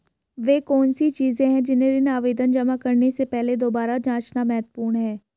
वे कौन सी चीजें हैं जिन्हें ऋण आवेदन जमा करने से पहले दोबारा जांचना महत्वपूर्ण है?